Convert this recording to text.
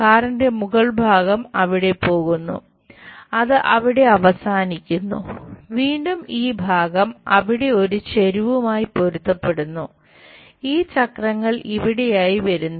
കാറിന്റെ മുകൾ ഭാഗം അവിടെ പോകുന്നു അത് അവിടെ അവസാനിക്കുന്നു വീണ്ടും ഈ ഭാഗം അവിടെ ഒരു ചെരിവുമായി പൊരുത്തപ്പെടുന്നു ഈ ചക്രങ്ങൾ ഇവിടെയായി വരുന്നു